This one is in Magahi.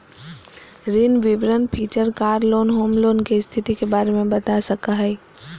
ऋण विवरण feature car loan, home loan, के स्थिति के बारे में बता सका हइ